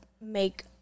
make